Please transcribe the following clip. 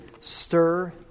stir